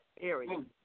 area